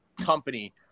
company